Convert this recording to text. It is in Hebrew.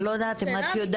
אני לא יודעת אם את יודעת,